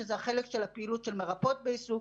שזה החלק של הפעילות של מרפאות בעיסוק,